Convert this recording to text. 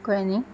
कळें न्ही